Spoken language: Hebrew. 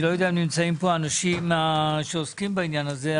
אני לא יודע אם נמצאים פה האנשים שעוסקים בעניין הזה,